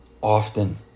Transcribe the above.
often